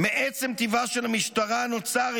--- מעצם טבעה של משטרה נוצר,